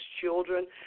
children